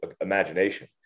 imagination